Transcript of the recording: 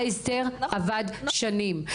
ההסדר עבד שנים.